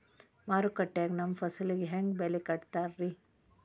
ಮಾರುಕಟ್ಟೆ ಗ ನಮ್ಮ ಫಸಲಿಗೆ ಹೆಂಗ್ ಬೆಲೆ ಕಟ್ಟುತ್ತಾರ ರಿ?